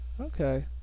Okay